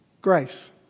Grace